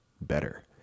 better